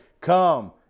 come